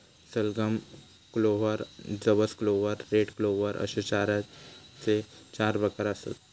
सलगम, क्लोव्हर, जवस clover, red clover अश्ये चाऱ्याचे चार प्रकार आसत